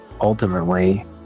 ultimately